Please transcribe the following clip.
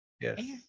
Yes